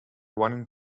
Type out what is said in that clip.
running